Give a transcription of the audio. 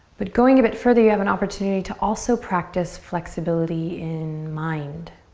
but going a bit further, you have an opportunity to also practice flexibility in mind.